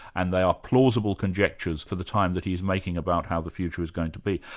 and they are plausible conjectures for the time that he's making about how the future is going to be.